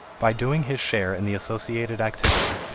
by doing his share in the associated activity,